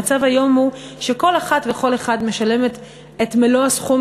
המצב היום הוא שכל אחת וכל אחד משלמים את מלוא הסכום,